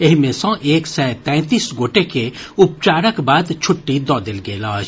एहि मे सॅ एक सय तैंतीस गोटे के उपचारक बाद छुट्टी दऽ देल गेल अछि